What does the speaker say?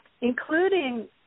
including